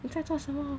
你在做什么